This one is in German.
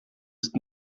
ist